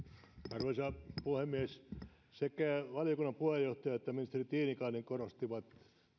arvoisa puhemies sekä valiokunnan puheenjohtaja että ministeri tiilikainen korostivat